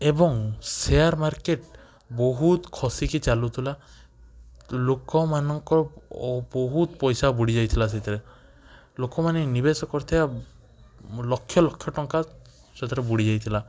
ଏବଂ share market ବହୁତ ଖସିକି ଚାଲୁଥିଲା ଲୋକମାନଙ୍କ ବହୁତ ପଇସା ବୁଡ଼ିଯାଇଥିଲା ସେଥିରେ ଲୋକମାନେ ନିବେଶ କରିଥିବା ଲକ୍ଷ ଲକ୍ଷ ଟଙ୍କା ସେଥିରେ ବୁଡ଼ିଯାଇଥିଲା